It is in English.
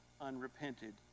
unrepented